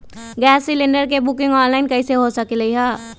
Gas cylinder के booking online कईसे हो सकलई ह?